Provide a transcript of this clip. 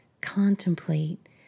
Contemplate